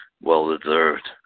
well-deserved